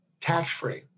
tax-free